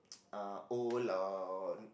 uh old or